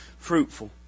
Fruitful